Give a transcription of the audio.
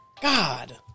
God